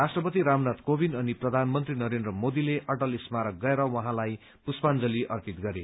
राष्ट्रपति रामनाथ कोविन्द अनि प्रधानमन्त्री नरेन्द्र मोदीले अटल स्मारक गएर उहाँलाई पुष्पान्जलि अर्पित गरे